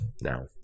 now